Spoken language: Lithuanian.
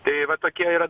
tai va tokia yra